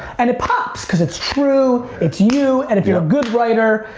and it pops, cause it's true, it's you and if you're a good writer,